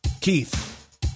Keith